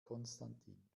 konstantin